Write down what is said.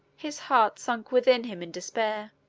his heart sunk within him in despair.